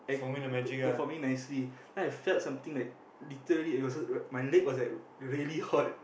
I per~ performing nicely then I felt something like literally it was my leg was like really hot